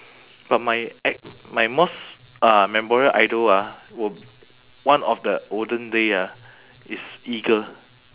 but my ac~ my most uh memorable idol ah will one of the olden day ah is eagle